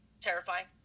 terrifying